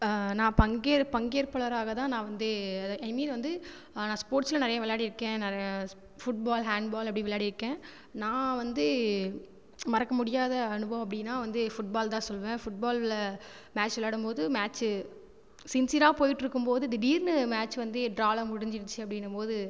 நான் பங்கேற் பங்கேற்பாளாரகதான் நான் வந்து ஐ மீன் வந்து நான் ஸ்போர்ட்ஸ்லாம் நிறைய விளையாடிருக்கேன் ஃபுட்பால் ஹேண்ட்பால் அப்படி விளையாடிருக்கேன் நான் வந்து மறக்க முடியாத அனுபவம் அப்படினா வந்து ஃபுட்பால் தான் சொல்லுவேன் ஃபுட்பாலில் மேட்ச் விளையாடபோது மேட்சு சின்சியராக போய்ட்டுருக்கும்போது திடீர்னு மேட்சு வந்து ட்ராவில முடிஞ்சிடுச்சு அப்படின்னமோது